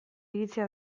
iritzia